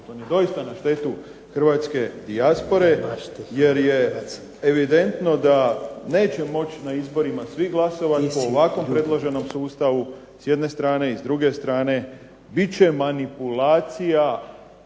on je doista na štetu hrvatske dijaspore jer je evidentno da neće moći na izborima svi glasovati po ovako predloženom sustavu s jedne strane i s druge strane